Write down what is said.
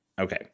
Okay